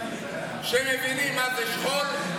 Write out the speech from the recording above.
שמבינים מה זה שכול,